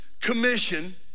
commission